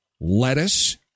lettuce